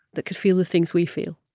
that could feel the things we feel?